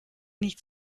nicht